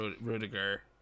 Rudiger